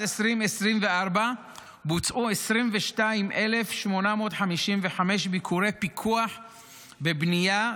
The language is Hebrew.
2024 בוצעו 22,855 ביקורי פיקוח בבנייה,